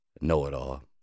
Know-it-all